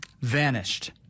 vanished